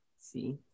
See